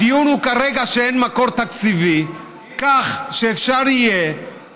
הדיון הוא כרגע שאין מקור תקציבי כך שאפשר יהיה